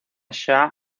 shah